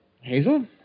Hazel